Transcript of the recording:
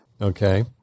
Okay